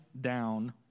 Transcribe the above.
down